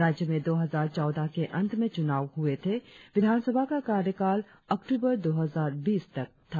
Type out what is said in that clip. राज्य में दो हजार चौदह के अंत में चुनाव हुए थे विधानसभा का कार्यकाल अक्टूबर दो हजार बीस तक था